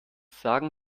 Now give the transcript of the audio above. sagen